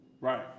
Right